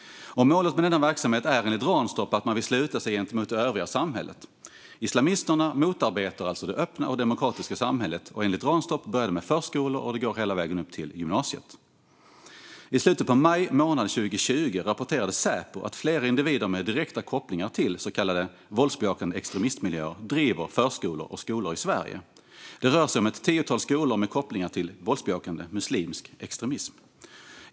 Målet med denna verksamhet är enligt Ranstorp att man vill sluta sig gentemot det övriga samhället. Islamisterna motarbetar alltså det öppna och demokratiska samhället. Enligt Ranstorp börjar det med förskolor och går hela vägen upp till gymnasiet. I slutet av maj 2020 rapporterade Säpo att flera individer med direkta kopplingar till så kallade våldsbejakande extremistmiljöer driver förskolor och skolor i Sverige. Det rör sig om ett tiotal skolor med kopplingar till våldsbejakande muslimsk extremism.